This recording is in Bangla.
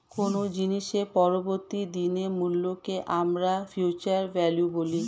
কোনো জিনিসের পরবর্তী দিনের মূল্যকে আমরা ফিউচার ভ্যালু বলি